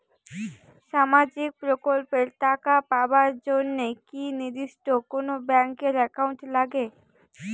সামাজিক প্রকল্পের টাকা পাবার জন্যে কি নির্দিষ্ট কোনো ব্যাংক এর একাউন্ট লাগে?